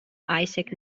isaac